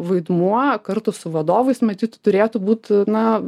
vaidmuo kartu su vadovais matyt turėtų būt na